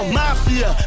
mafia